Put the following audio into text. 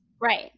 Right